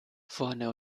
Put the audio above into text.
vorne